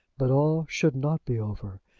but all should not be over,